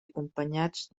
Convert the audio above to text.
acompanyats